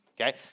okay